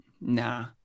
nah